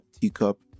teacup